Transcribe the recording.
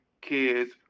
kids